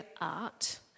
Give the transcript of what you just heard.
art